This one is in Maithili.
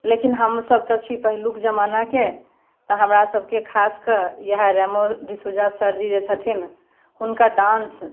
लेकिन हमसभ तऽ छी पहिलुक जमानाके तऽ हमरा सभके खासकऽ इएह रेमो डिसूजा सरजी जे छथिन हुनका डान्स